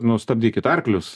nu stabdykit arklius